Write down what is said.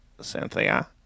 Cynthia